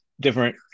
different